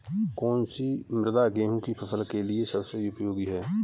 कौन सी मृदा गेहूँ की फसल के लिए सबसे उपयोगी है?